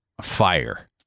fire